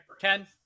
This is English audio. Ken